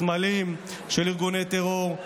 בסמלים של ארגוני טרור.